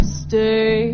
stay